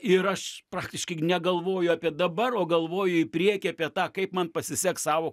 ir aš praktiškai negalvoju apie dabar galvoju į priekį apie tą kaip man pasiseks savo